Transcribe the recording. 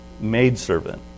maidservant